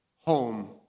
home